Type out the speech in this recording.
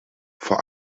vor